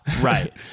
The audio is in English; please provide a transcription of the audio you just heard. right